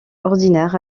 ordinaire